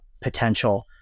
potential